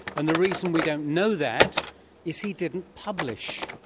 and the reason we don't know that is he didn't publish.